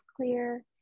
clear